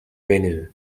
venue